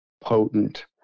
potent